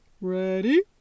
Ready